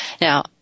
Now